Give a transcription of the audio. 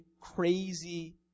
crazy